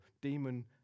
demon